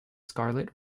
scarlet